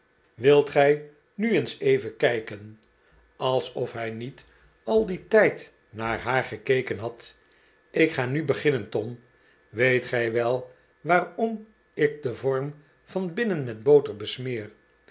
wilt gij nu eens even kijken alsof hij niet al dien tijd naar haar gekeken had ik ga nu beginnen tom weet gij wel waarom ik den vorm van binnen met boter besmeer